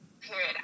period